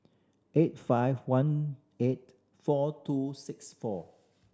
eight five one eight four two six four